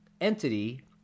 entity